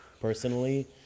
personally